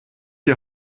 die